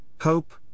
hope